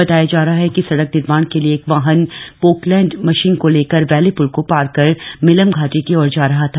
बताया जा रहा हा कि सड़क निर्माण के लिए एक वाहन पोकलैंड मशीन को लेकर वक्षी पुल को पार कर मिलम घाटी की ओर जा रहा था